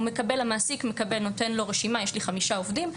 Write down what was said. המעסיק נותן לו רשימה: יש לי חמישה עובדים.